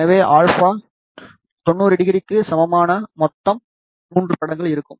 எனவே α 90 டிகிரிக்கு சமமான மொத்தம் மூன்று படங்கள் இருக்கும்